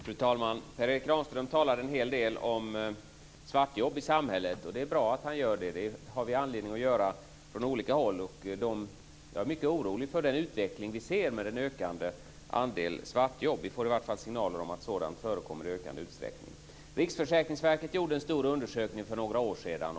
Fru talman! Per Erik Granström talar en hel del om svartjobb i samhället, och det är bra att han gör det. Det har vi anledning att göra från olika håll. Jag är mycket orolig för den utveckling vi ser med den ökande andelen svartjobb. Vi får i alla fall signaler om att sådant förekommer i ökande utsträckning. Riksförsäkringsverket gjorde en stor undersökning för några år sedan.